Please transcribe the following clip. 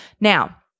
Now